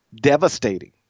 devastating